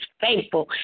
faithful